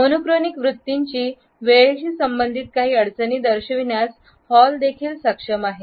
monochronic वृत्तींची वेळेशी संबंधित काही अडचणी दर्शविण्यास हॉल देखील सक्षम आहे